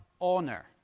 honor